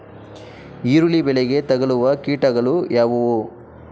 ಈರುಳ್ಳಿ ಬೆಳೆಗೆ ತಗಲುವ ಕೀಟಗಳು ಯಾವುವು?